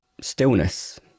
stillness